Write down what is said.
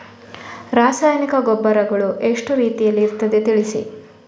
ರಾಸಾಯನಿಕ ಗೊಬ್ಬರಗಳು ಎಷ್ಟು ರೀತಿಯಲ್ಲಿ ಇರ್ತದೆ ತಿಳಿಸಿ?